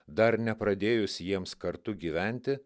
dar nepradėjus jiems kartu gyventi